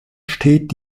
steht